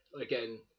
again